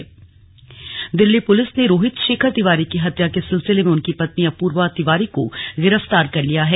slug Rohit Shekhar हत्याकांड Delhi police ने रोहित शेखर तिवारी की हत्या के सिलसिले में उनकी पत्नी अपूर्वा शुक्ल तिवारी को गिरफ्तार कर लिया है